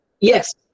yes